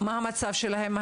המצב שלהם?